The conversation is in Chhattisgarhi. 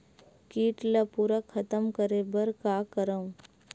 कीट ला पूरा खतम करे बर का करवं?